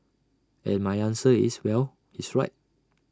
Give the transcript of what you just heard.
and my answer is well he's right